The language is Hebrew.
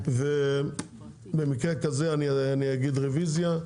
במקרה כזה אני אגיד רוויזיה,